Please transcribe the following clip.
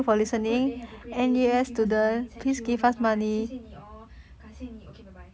have a good they have a great day please give us the money thank you bye bye 谢谢你哦感谢您 okay bye bye